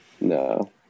No